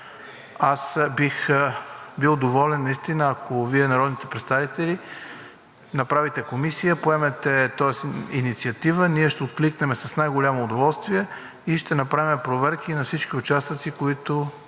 аз бих бил доволен наистина, ако Вие, народните представители, направите комисия, поемете тази инициатива, ние ще откликнем с най-голямо удоволствие и ще направим проверки на всички участъци, които